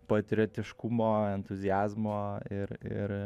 patriotiškumo entuziazmo ir ir